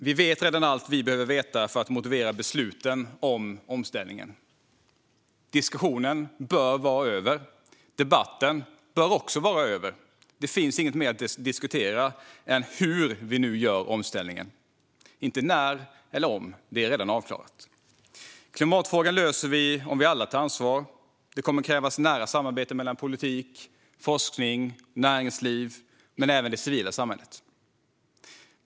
Vi vet redan allt vi behöver veta för att motivera besluten om omställningen. Diskussionen bör vara över. Debatten bör också vara över. Det finns inget annat att diskutera än hur vi nu gör omställningen. Det handlar inte om när eller om; det är redan avklarat. Klimatfrågan löser vi om vi alla tar ansvar. Det kommer att krävas nära samarbete mellan politik, forskning, näringsliv och även det civila samhället.